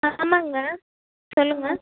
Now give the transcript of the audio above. ஆமாங்க சொல்லுங்கள்